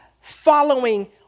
following